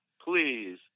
Please